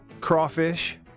crawfish